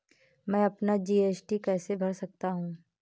मैं अपना जी.एस.टी कैसे भर सकता हूँ?